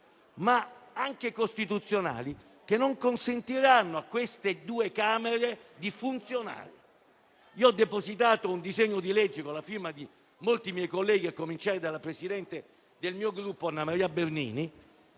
ma anche costituzionali, che non consentiranno a queste due Camere di funzionare. Ho depositato, con la firma di molti miei colleghi, a cominciare dalla presidente del mio Gruppo Anna Maria Bernini,